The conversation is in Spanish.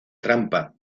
trampa